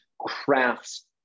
crafts